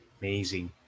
Amazing